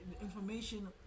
information